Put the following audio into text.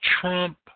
Trump